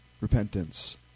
repentance